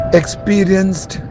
experienced